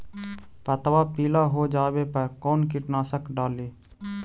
पतबा पिला हो जाबे पर कौन कीटनाशक डाली?